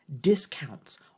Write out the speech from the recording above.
discounts